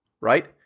right